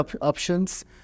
options